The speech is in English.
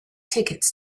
tickets